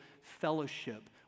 fellowship